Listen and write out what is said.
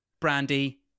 Brandy